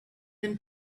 him